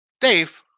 Dave